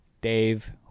Dave